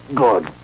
good